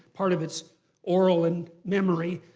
part of it's oral and memory,